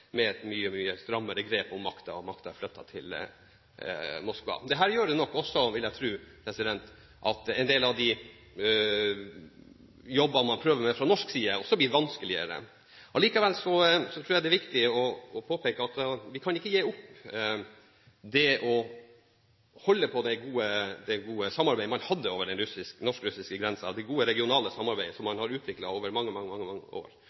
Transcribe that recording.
med et mye strammere grep om makten, og makten er flyttet til Moskva. Dette gjør nok også, vil jeg tro, at en del av de jobbene man prøver med fra norsk side, også blir vanskeligere. Allikevel tror jeg det er viktig å påpeke at vi ikke kan gi opp å holde på det gode samarbeidet man hadde over den norsk-russiske grensen, det gode regionale samarbeidet som man har utviklet over mange år.